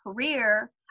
career